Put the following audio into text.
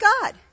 God